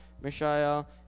Mishael